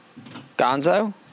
Gonzo